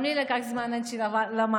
גם לי לקח זמן עד שלמדתי.